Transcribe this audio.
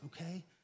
Okay